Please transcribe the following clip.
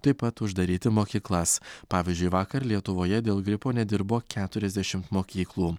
taip pat uždaryti mokyklas pavyzdžiui vakar lietuvoje dėl gripo nedirbo keturiasdešimt mokyklų